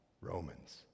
Romans